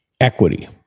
equity